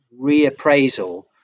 reappraisal